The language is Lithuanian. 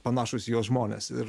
panašūs į juos žmonės ir